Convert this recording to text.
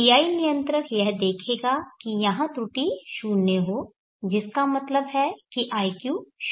PI नियंत्रक यह देखेगा कि यहां त्रुटि 0 हो जिसका मतलब है कि iq 0 हो जाएगा